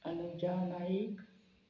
Anuja Naik